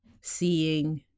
seeing